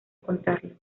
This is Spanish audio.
contarlo